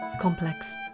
complex